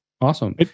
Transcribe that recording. Awesome